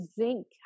zinc